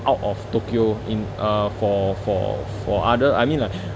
out of tokyo in uh for for for other I mean like